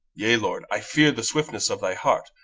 yea lord, i fear the swiftness of thy heart,